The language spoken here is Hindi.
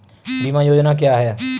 बीमा योजना क्या है?